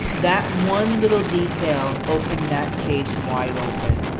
that one little detail opened that case wide open.